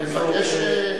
ומבקש,